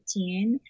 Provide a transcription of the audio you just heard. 15